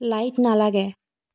light নালাগে